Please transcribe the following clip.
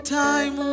time